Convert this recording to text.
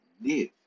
live